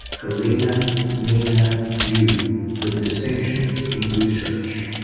helena ningna you with distinction in research.